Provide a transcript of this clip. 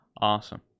Awesome